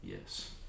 Yes